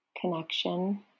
connection